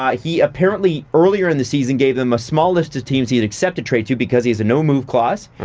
um he apparently, earlier in the season, gave them a small list of teams he would accept a trade to because he has a no move clause.